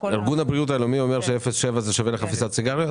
ארגון הבריאות העולמי אומר ש-0.7 מיליליטר שווה לחפיסת סיגריות?